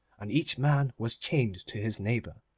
and each man was chained to his neighbour.